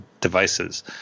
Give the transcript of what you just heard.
devices